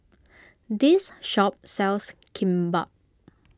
this shop sells Kimbap